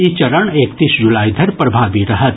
ई चरण एकतीस जुलाई धरि प्रभावी रहत